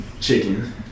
Chicken